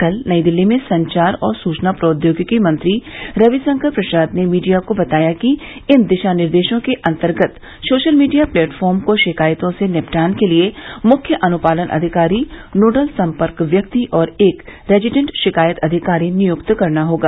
कल नई दिल्ली में संचार और सूचना प्रौदयोगिकी मंत्री रविशंकर प्रसाद ने मीडिया को बताया कि इन दिशानिर्देशों के अंतर्गत सोशल मीडिया प्लेटफॉर्म को शिकायतों से निपटान के लिए मुख्य अन्पालन अधिकारी नोडल संपर्क व्यक्ति और एक रेजिडेंट शिकायत अधिकारी नियुक्त करना होगा